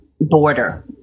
border